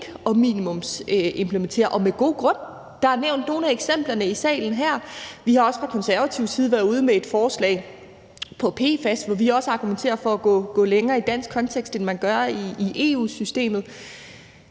at minimumsimplementere – og med god grund. Der er nævnt nogle af eksemplerne i salen. Vi har også fra Konservatives side været ude med et forslag om PFAS, hvor vi også argumenterer for at gå længere i dansk kontekst, end man gør i EU-systemet.